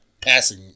passing